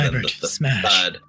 smash